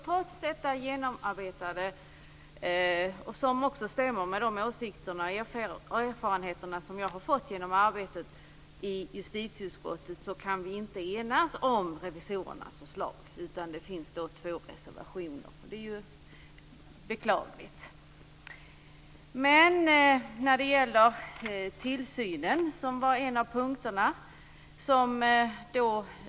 Trots detta genomarbetade material, som också stämmer med de erfarenheter som jag har fått genom arbetet i justitieutskottet, kan vi inte enas om revisorernas förslag, utan det finns två reservationer, vilket är beklagligt. Tillsynen var en av punkterna.